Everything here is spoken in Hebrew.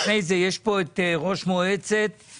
אנחנו תולים תקוות רק בוועדת הכספים ובממשלת ישראל,